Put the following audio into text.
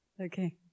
Okay